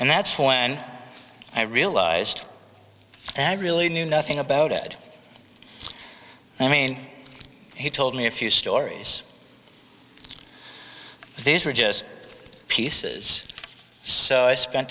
and that's when i realized i really knew nothing about it i mean he told me a few stories these are just pieces so i spen